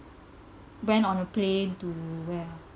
went on a plane to where ah to